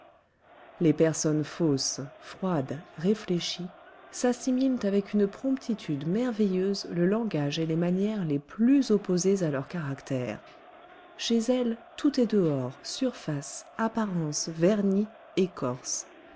les personnes fausses froides réfléchies s'assimilent avec une promptitude merveilleuse le langage et les manières les plus opposés à leur caractère chez elles tout est dehors surface apparence vernis écorce